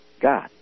God